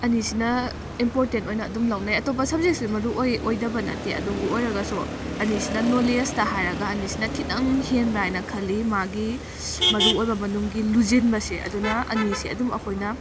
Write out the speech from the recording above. ꯑꯅꯤꯁꯤꯅ important ꯑꯣꯏꯅ ꯑꯗꯨꯝ ꯂꯧꯅꯩ ꯑꯇꯣꯞꯄ ꯁꯕꯖꯦꯛꯁꯨ ꯃꯔꯨ ꯑꯣꯏ ꯑꯣꯏꯗꯕ ꯅꯠꯇꯦ ꯑꯗꯨꯕꯨ ꯑꯣꯏꯔꯒꯁꯨ ꯑꯅꯤꯁꯤꯅ ꯅꯣꯂꯦꯖꯇ ꯍꯥꯏꯔꯒ ꯑꯅꯤꯁꯤꯅ ꯈꯤꯇꯪ ꯍꯦꯟꯕ꯭ꯔ ꯍꯥꯏꯅ ꯈꯜꯂꯤ ꯃꯥꯒꯤ ꯃꯔꯨ ꯑꯣꯏꯕ ꯃꯅꯨꯡꯒꯤ ꯂꯨꯖꯤꯟꯕꯁꯦ ꯑꯗꯨꯅ ꯑꯅꯤꯁꯦ ꯑꯗꯨꯝ ꯑꯩꯈꯣꯏꯅ